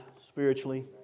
spiritually